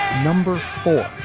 number four.